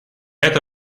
это